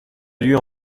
lieu